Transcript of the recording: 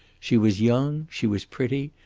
she was young, she was pretty,